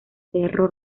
cerro